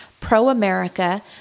pro-America